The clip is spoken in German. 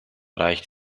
reicht